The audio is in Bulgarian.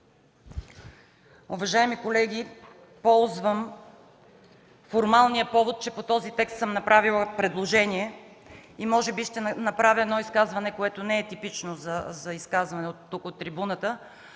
Уважаеми колеги, ползвам формалния повод, че по този текст съм направила предложение и може би ще направя изказване, нетипично за изказване от тук, от трибуната.